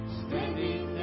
standing